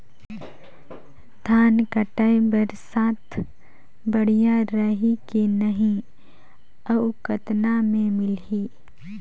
धान कटाई बर साथ बढ़िया रही की नहीं अउ कतना मे मिलही?